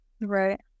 Right